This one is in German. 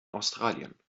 australien